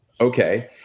Okay